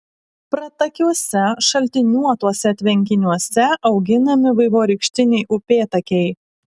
pratakiuose šaltiniuotuose tvenkiniuose auginami vaivorykštiniai upėtakiai